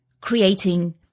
creating